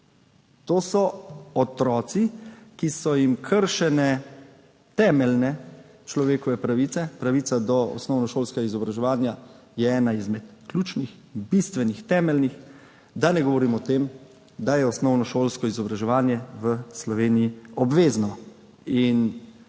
To so otroci, ki so jim kršene temeljne človekove pravice. Pravica do osnovnošolskega izobraževanja je ena izmed ključnih, bistvenih, temeljnih, da ne govorim o tem, da je osnovnošolsko izobraževanje v Sloveniji obvezno.